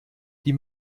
die